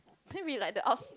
think we like the outs~